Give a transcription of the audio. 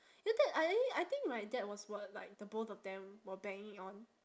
you know that I a~ I think right that was what like the both of them were banging on